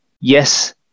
yes